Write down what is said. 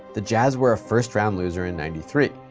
the jazz were a first-round loser in ninety three.